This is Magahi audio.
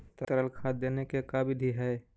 तरल खाद देने के का बिधि है?